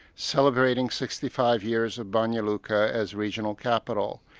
celebrating sixty five years of banja luka as regional capital.